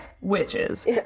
witches